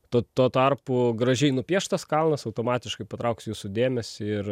tuo tuo tarpu gražiai nupieštas kalnas automatiškai patrauks jūsų dėmesį ir